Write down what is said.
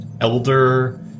Elder